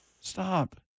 Stop